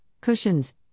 cushions